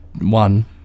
One